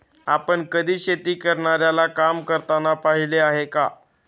आपण कधी शेती करणाऱ्याला काम करताना पाहिले आहे का?